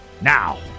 Now